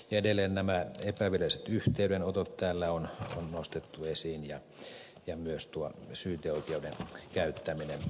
edelleen nämä epäviralliset yhteydenotot täällä on nostettu esiin ja myös tuo syyteoikeuden käyttäminen